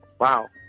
Wow